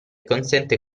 consente